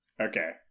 Okay